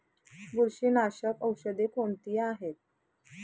बुरशीनाशक औषधे कोणती आहेत?